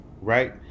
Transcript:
right